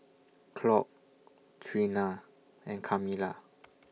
Claud Treena and Camilla